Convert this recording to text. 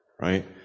right